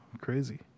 crazy